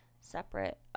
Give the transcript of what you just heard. separate